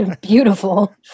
beautiful